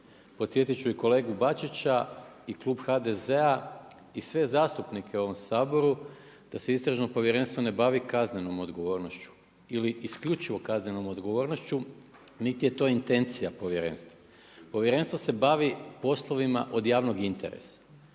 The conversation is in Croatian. Podsjetiti ću i kolegu Bačića i Klub HDZ-a i sve zastupnike u ovom Saboru, da se istražno povjerenstvo ne bavi kaznenom odgovornošću ili isključivo kaznenom odgovornošću, niti je to intencija povjerenstva. Povjerenstvo se bavi poslovima od javnog interesa